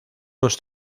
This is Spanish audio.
los